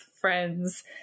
friends